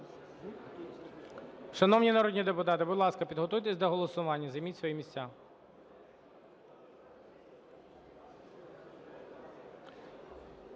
Шановні народні депутати, підготуйтеся до голосування, займіть свої місця.